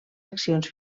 accions